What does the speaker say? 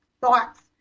thoughts